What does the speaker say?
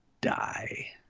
die